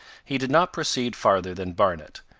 he did not proceed farther than barnet,